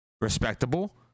Respectable